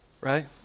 right